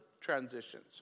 transitions